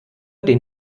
den